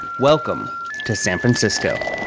welcome to san francisco.